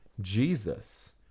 Jesus